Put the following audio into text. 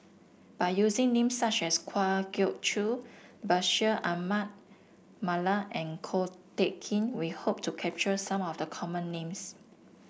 by using name such as Kwa Geok Choo Bashir Ahmad Mallal and Ko Teck Kin we hope to capture some of the common names